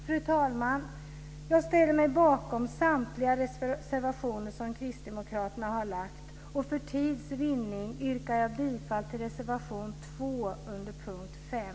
Fru talman! Jag ställer mig bakom samtliga reservationer som Kristdemokraterna har. För tids vinning yrkar jag bifall till reservation 2 under punkt 5.